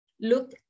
look